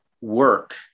work